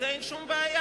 עם זה אין שום בעיה.